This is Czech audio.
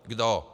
Kdo!